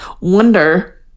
wonder